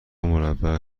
مربع